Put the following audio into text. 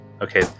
Okay